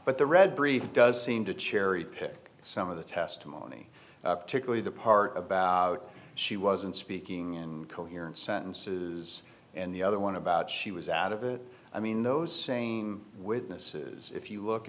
but the read brief does seem to cherry pick some of the testimony the part about she wasn't speaking in coherent sentences and the other one about she was out of it i mean those same witnesses if you look